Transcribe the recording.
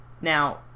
Now